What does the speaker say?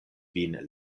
vin